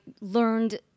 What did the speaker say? learned